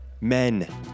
Men